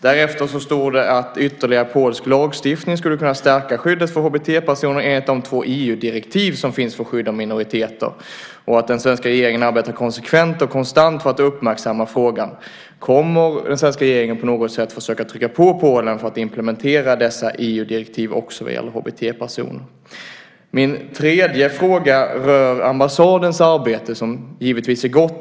Därefter står det att ytterligare polsk lagstiftning skulle kunna stärka skyddet för HBT-personer enligt de två EU-direktiv som finns för att skydda minoriteter och att den svenska regeringen arbetar konsekvent och konstant för att uppmärksamma frågan. Kommer den svenska regeringen på något sätt att försöka trycka på Polen för att implementera dessa EU-direktiv också när det gäller HBT-personer? Min tredje fråga rör ambassadens arbete som givetvis är gott.